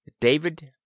David